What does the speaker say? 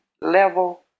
level